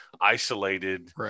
isolated